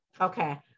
okay